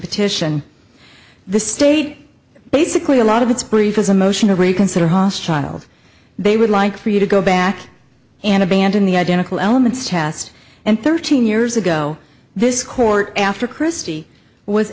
petition the state basically a lot of its brief is a motion to reconsider haas child they would like for you to go back and abandon the identical elements test and thirteen years ago this court after christie was